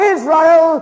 Israel